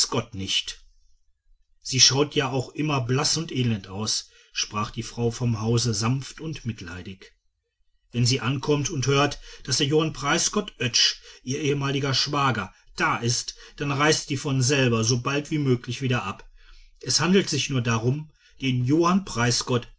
gott nicht sie schaut ja auch immer blaß und elend aus sprach die frau vom hause sanft und mitleidig wenn sie ankommt und hört daß der johann preisgott oetsch ihr ehemaliger schwager da ist dann reist sie von selber so bald wie möglich wieder ab es handelt sich nur darum den johann